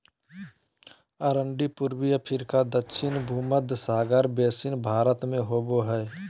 अरंडी पूर्वी अफ्रीका दक्षिण भुमध्य सागर बेसिन भारत में होबो हइ